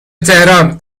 تهران